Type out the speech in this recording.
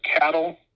cattle